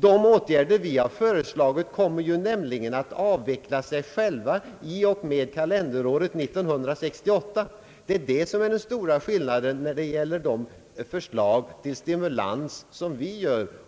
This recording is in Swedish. De åtgärder vi föreslagit kommer ju nämligen att avveckla sig själva i och med kalenderåret 1968. Det är det som är den stora skillnaden mellan våra förslag till stimulans